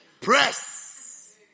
Press